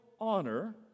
honor